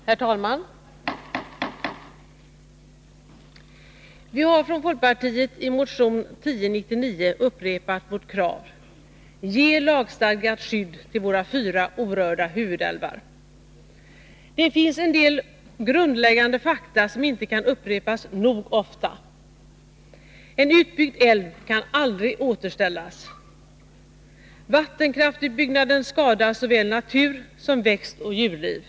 Herr talman! Vi har från folkpartiet i motion 1099 upprepat vårt krav: Ge lagstadgat skydd till våra fyra orörda huvudälvar! Det finns en del grundläggande fakta som inte kan upprepas nog ofta: En utbyggd älv kan aldrig återställas. Vattenkraftsutbyggnaden skadar såväl natur som växtoch djurliv.